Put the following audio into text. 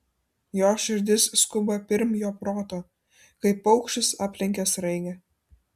jo širdis skuba pirm jo proto kaip paukštis aplenkia sraigę